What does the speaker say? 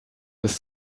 ist